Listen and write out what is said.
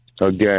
again